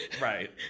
Right